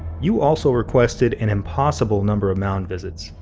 you also requested an impossible number of mound visits,